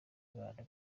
bantu